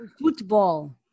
football